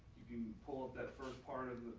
you can pull up that first part of